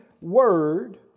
word